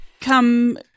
come